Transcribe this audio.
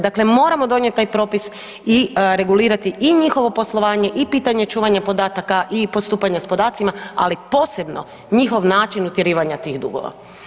Dakle moramo donijeti taj propis i regulirati i njihovo poslovanje, i pitanje čuvanja podataka, i postupanje s podacima, ali posebno njihov način utjerivanja tih dugova.